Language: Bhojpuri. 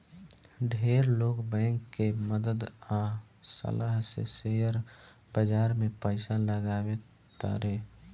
ढेर लोग बैंक के मदद आ सलाह से शेयर बाजार में पइसा लगावे तारे